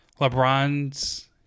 LeBron's